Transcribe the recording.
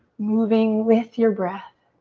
moving with your breath.